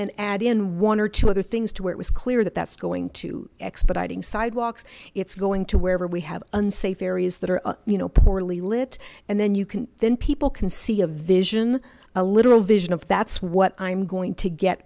then add in one or two other things to where it was clear that that's going to expediting sidewalks it's going to wherever we have unsafe areas that are you know poorly lit and then you can then people can see a vision a literal vision of that's what i'm going to get